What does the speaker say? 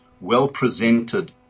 well-presented